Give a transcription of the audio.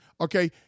Okay